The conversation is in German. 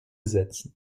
setzen